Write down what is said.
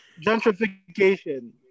gentrification